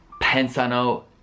pensano